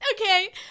Okay